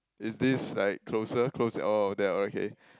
is this like closer close at all that are okay